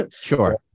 Sure